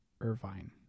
Irvine